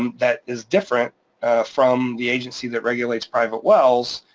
um that is different from the agency that regulates private wells.